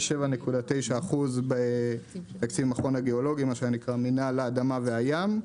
27.9% בתקציב המכון הגאולוגי שנקרא מינהל האדמה והים,